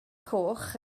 coch